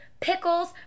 Pickles